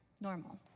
normal